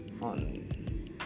on